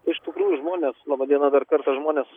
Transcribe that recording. iš tikrųjų žmonės laba diena dar kartą žmonės